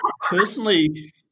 personally